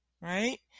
Right